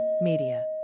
Media